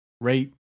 rate